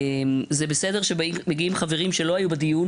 זה בסדר שמגיעים חברים שלא היו בדיון